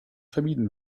vermieden